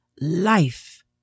life